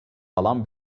alan